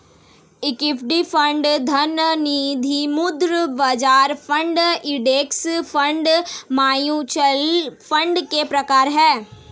equity fund ऋण निधिमुद्रा बाजार fund index fund mutual fund के प्रकार हैं